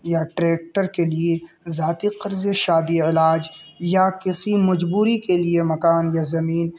یا ٹریکٹر کے لیے ذاتی قرض شادی علاج یا کسی مجبوری کے لیے مکان یا زمین